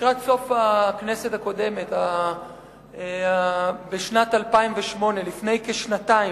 לקראת סוף הכנסת הקודמת, בשנת 2008, לפני כשנתיים.